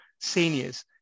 seniors